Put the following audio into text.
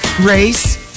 Race